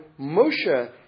Moshe